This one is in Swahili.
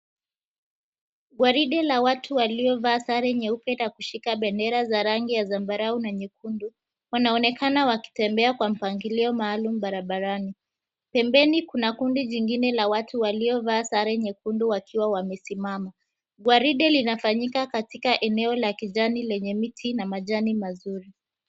Gwaride la watu waliovaa sare nyeupe na kushika bendera za rangi ya zambarau na nyekundu, wanaonekana wakitembea kwa mpangilio maalum barabarani. Pembeni, kuna kundi jingine la watu waliovaa sare nyekundu wakiwa wamesimama. Gwaride linafanyika katika eneo la kijani lenye miti na majani mazuri.